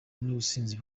n’ubusinzi